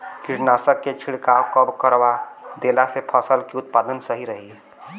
कीटनाशक के छिड़काव कब करवा देला से फसल के उत्पादन सही रही?